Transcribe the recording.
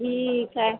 ठीक है